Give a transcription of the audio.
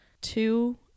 Two